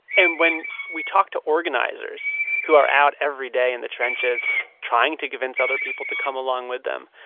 and when we talk to organizers who are out every day in the trenches trying to convince other people to come along with them,